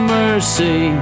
mercy